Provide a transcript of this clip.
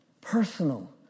personal